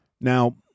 Now